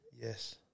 Yes